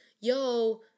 yo